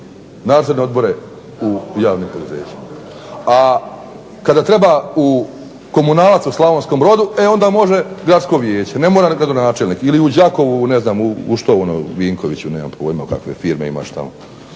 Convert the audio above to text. nadzorne odbore u javnim poduzećima. A kada treba u Komunalac u Slavonskom Brodu onda može gradsko vijeće, ne mora ni gradonačelnik ili u Đakovu u ne znam u što ono nemam pojma Vinkoviću kakve firme imaš tamo.